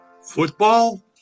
Football